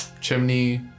chimney